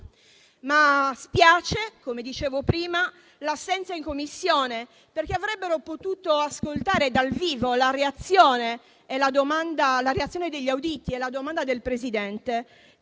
Ma spiace l'assenza in Commissione, perché avrebbero potuto ascoltare dal vivo la reazione degli auditi alla domanda del Presidente,